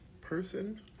person